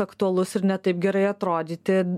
aktualus ir ne taip gerai atrodyti